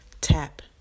tap